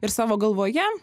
ir savo galvoje